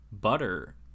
butter